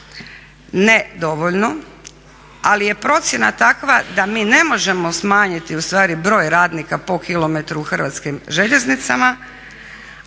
ne dovoljno ali je procjena takva da mi ne možemo smanjiti ustvari broj radnika po km u Hrvatskim željeznicama